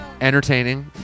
entertaining